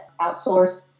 outsource